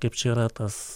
kaip čia yra tas